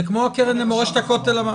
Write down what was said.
זה כמו הקרן למורשת הכותל המערבי.